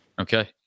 Okay